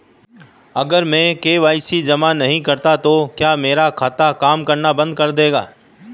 अगर मैं के.वाई.सी जमा नहीं करता तो क्या मेरा खाता काम करना बंद कर देगा?